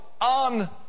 on